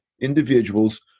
individuals